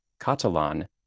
Catalan